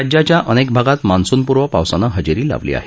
राज्याच्या अनेक भागात मान्सूनपूर्व पावसानं हजेरी लावली आहे